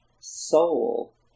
soul